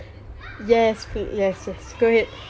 yes yes yes correct